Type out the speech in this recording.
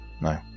no